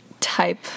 Type